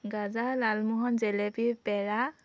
গাজা লালমোহন জেলেপী পেৰা